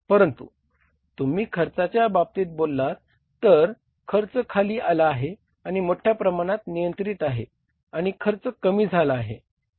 परंतु तुम्ही खर्चाच्या बाबतीत बोललात तर खर्च खाली आला आहे आणि मोठ्या प्रमाणात नियंत्रित आहे आणि खर्च कमी झाला आहे